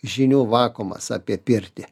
žinių vakuumas apie pirtį